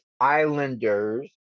Islanders